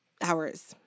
hours